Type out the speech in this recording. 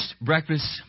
breakfast